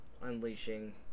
unleashing